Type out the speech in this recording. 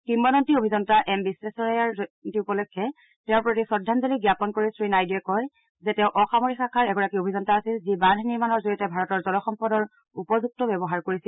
কিম্বদন্তী অভিযন্তা এম বিশ্বেশ্বৰাইয়াৰ জয়ন্তী উপলক্ষে তেওঁৰ প্ৰতি শ্ৰদ্ধাঞ্জলি জ্ঞাপন কৰি শ্ৰীনাইডুৱে কয় যে তেওঁ অসামৰিক শাখাৰ এগৰাকী অভিযন্তা আছিল যি বান্ধ নিৰ্মাণৰ জৰিয়তে ভাৰতৰ জলসম্পদ উপযুক্ত ব্যৱহাৰ কৰিছিল